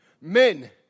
Men